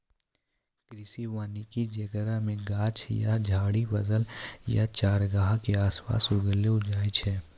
कृषि वानिकी जेकरा मे गाछ या झाड़ि फसल या चारगाह के आसपास उगैलो जाय छै